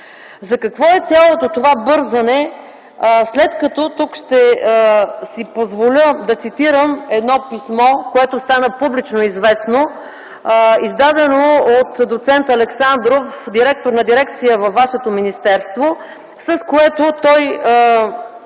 За какво е цялото това бързане? Тук ще си позволя да цитирам едно писмо, което стана публично известно, издадено от доц. Александров – директор на дирекция във Вашето министерство, с което той